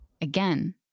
again